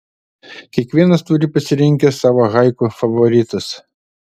kiekvienas turi pasirinkęs savo haiku favoritus